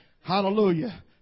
Hallelujah